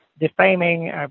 defaming